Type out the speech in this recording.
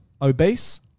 obese